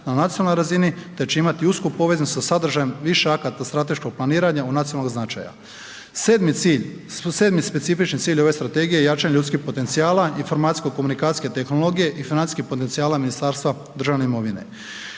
na nacionalnoj razini te će imati usku povezanost sa sadržajem više akata strateškog planiranja od nacionalnog značaja. 7. cilj specifični cilj ove strategije je jačanje ljudskih potencijala, informacijsko komunikacijske tehnologije i financijskih potencijala Ministarstva državne imovine.